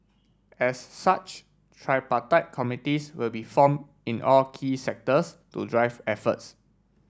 as such tripartite committees will be formed in all key sectors to drive efforts